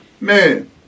Man